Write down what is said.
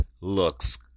looks